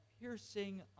piercing